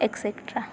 etcetera